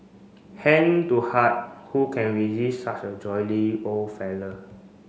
hand to heart who can resist such a jolly old fellow